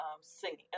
singing